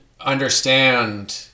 understand